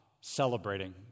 celebrating